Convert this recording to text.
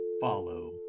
follow